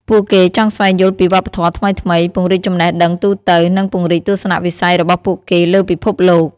ពួកគេចង់ស្វែងយល់ពីវប្បធម៌ថ្មីៗ ពង្រីកចំណេះដឹងទូទៅ និងពង្រីកទស្សនវិស័យរបស់ពួកគេលើពិភពលោក។